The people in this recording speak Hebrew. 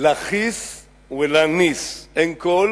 "לא חיס ולא ניס" אין קול